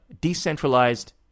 decentralized